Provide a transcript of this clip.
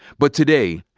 but today,